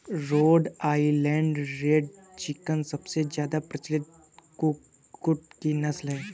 road Island Red chicken सबसे ज्यादा प्रचलित कुक्कुट की नस्ल है